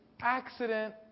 accident